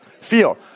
Feel